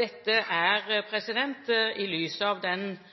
Dette er, i lys av den